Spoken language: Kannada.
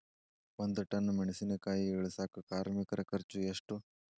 ಒಂದ್ ಟನ್ ಮೆಣಿಸಿನಕಾಯಿ ಇಳಸಾಕ್ ಕಾರ್ಮಿಕರ ಖರ್ಚು ಎಷ್ಟು?